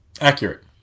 Accurate